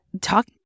talk